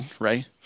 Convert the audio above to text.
right